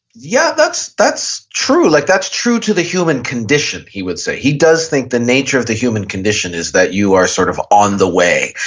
yeah, that's that's true. like that's true to the human condition, he would say. he does think the nature of the human condition is that you are sort of on the way.